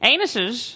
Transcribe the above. Anuses